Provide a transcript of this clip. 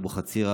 משפחת אבוחצירא,